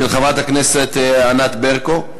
של חברת הכנסת ענת ברקו.